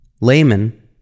layman